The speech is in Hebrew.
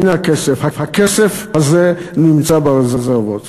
הנה הכסף, הכסף הזה נמצא ברזרבות.